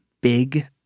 big